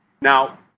Now